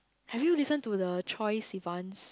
have you listen to the Troye-Sivan's